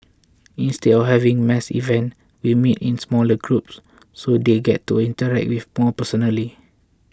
instead of having mass events we meet in smaller groups so they get to interact with more personally